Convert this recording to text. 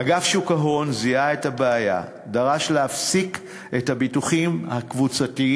אגף שוק ההון זיהה את הבעיה ודרש להפסיק את הביטוחים הקבוצתיים,